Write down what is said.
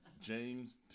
James